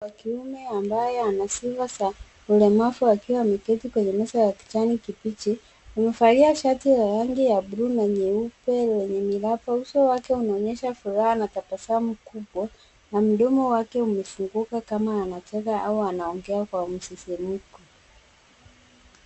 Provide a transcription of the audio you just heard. Wa kiume ambaye ana sifa za ulemavu akiwa ameketi kwenye meza ya kijani kibichi amevalia shati la rangi ya buluu na nyeupe lenye miraba uso wake unaonyesha furaha na tabasamu kubwa na mdomo wake umefunguka kama anacheza au anaongea kwa msisimko.